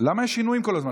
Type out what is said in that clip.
למה יש שינויים כל הזמן?